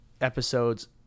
episodes